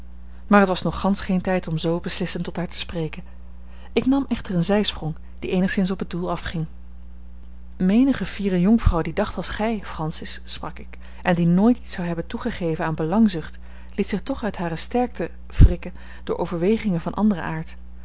maar het was nog gansch geen tijd om zoo beslissend tot haar te spreken ik nam echter een zijsprong die eenigszins op het doel afging menige fiere jonkvrouw die dacht als gij francis sprak ik en die nooit iets zou hebben toegegeven aan belangzucht liet zich toch uit hare sterkte wrikken door overwegingen van anderen aard